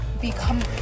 become